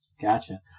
Gotcha